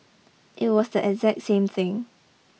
it was the exact same thing